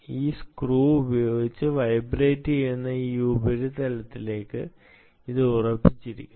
ഈ സ്ക്രൂ ഉപയോഗിച്ച് വൈബ്രേറ്റുചെയ്യുന്ന ഈ ഉപരിതലത്തിലേക്ക് ഇത് ഉറപ്പിച്ചിരിക്കുന്നു